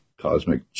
cosmic